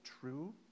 true